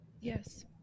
Yes